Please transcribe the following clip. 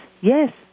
Yes